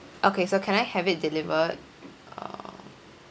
okay so can I have it delivered um